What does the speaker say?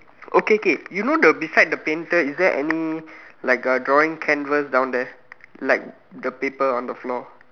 okay K K you know the beside the painter is there any like a drawing canvas down there like the paper on the floor